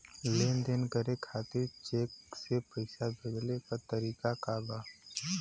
लेन देन करे खातिर चेंक से पैसा भेजेले क तरीकाका बा?